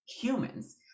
humans